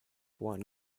juan